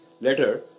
letter